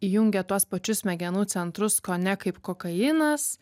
įjungia tuos pačius smegenų centrus kone kaip kokainas